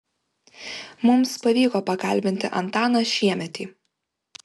mums pavyko pakalbinti antaną šiemetį